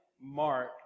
Mark